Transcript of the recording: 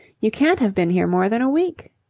you can't have been here more than a week.